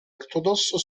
ortodossa